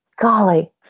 Golly